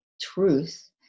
truth